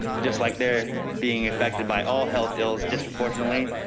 just like they're being effected by all health ills disproportionately,